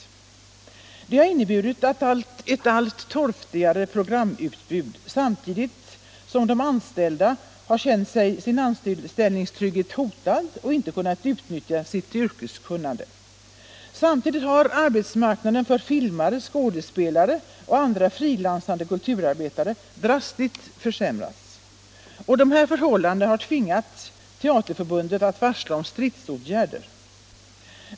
Detta har inneburit allt torftigare programutbud, samtidigt som de anställda har känt sin anställningstrygghet hotad och inte kunnat utnyttja sitt yrkeskunnande. Samtidigt har arbetsmarknaden för filmare, skådespelare och andra frilansande kulturarbetare drastiskt försämrats. Dessa förhållanden har tvingat Teaterförbundet att varsla om stridsåtgärder.